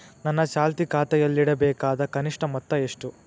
ನನ್ನ ಚಾಲ್ತಿ ಖಾತೆಯಲ್ಲಿಡಬೇಕಾದ ಕನಿಷ್ಟ ಮೊತ್ತ ಎಷ್ಟು?